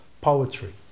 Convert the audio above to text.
poetry